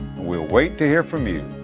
we'll wait to hear from you.